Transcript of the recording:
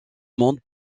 monde